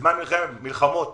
שבזמן המלחמות